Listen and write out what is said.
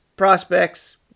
prospects